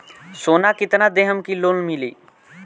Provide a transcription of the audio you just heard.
सोना कितना देहम की लोन मिली?